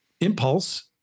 impulse